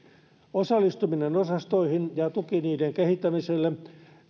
osallistuminen osastoihin ja tuki niiden kehittämiselle